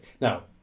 Now